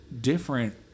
different